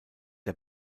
der